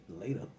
later